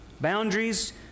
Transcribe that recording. boundaries